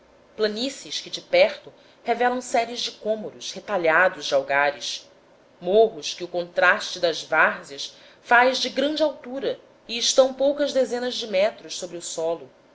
planícies que de perto revelam séries de cômoros retalhados de algares morros que o contraste das várzeas faz de grande altura e estão poucas dezenas de metros sobre o solo